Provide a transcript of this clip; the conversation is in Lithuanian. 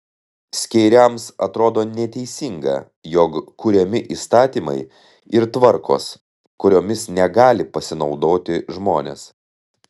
skeiriams atrodo neteisinga jog kuriami įstatymai ir tvarkos kuriomis negali pasinaudoti žmonės